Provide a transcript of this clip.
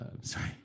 sorry